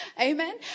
Amen